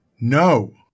No